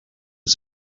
are